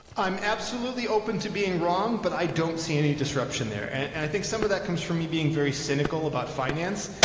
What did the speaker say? i'm absolutely open to being wrong, but i don't see any disruption there. and and i think some of that comes from me being very cynical about finance.